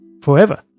forever